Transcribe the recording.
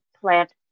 plant